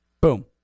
boom